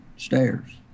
stairs